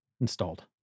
installed